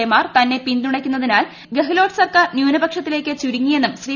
എമാർ തന്നെ പിന്തുണയ്ക്കുന്നതിനാൽ ഗെഹ്ലോട്ട് സർക്കാർ ന്യൂനപക്ഷത്തി ലേക്ക് ചുരുങ്ങിയെ ന്നും ശ്രീ